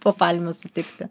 po palme sutikti